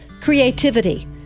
creativity